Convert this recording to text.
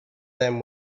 them